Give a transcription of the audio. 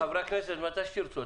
חברי הכנסת, מתי שתרצו.